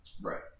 Right